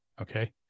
Okay